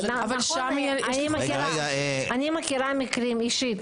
אני מכירה מקרים אישית,